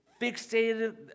fixated